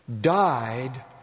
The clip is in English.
died